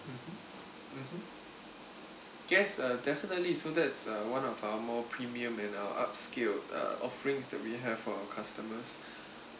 mmhmm mmhmm yes uh definitely so that's uh one of our more premium and uh upscale uh offerings that we have for our customers